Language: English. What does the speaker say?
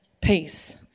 peace